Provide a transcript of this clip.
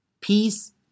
Peace